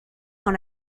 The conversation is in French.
dans